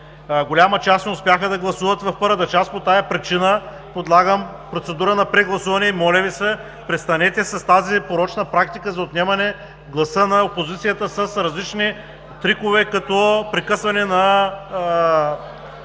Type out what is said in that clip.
Голяма част не успяха да гласуват в първата част. Поради тази причина предлагам процедура на прегласуване. Моля Ви, престанете с тази порочна практика за отнемане гласа на опозицията с различни трикове като прекъсване на